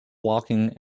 walking